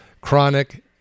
chronic